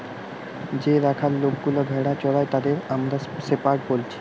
যে রাখাল লোকগুলা ভেড়া চোরাই তাদের আমরা শেপার্ড বলছি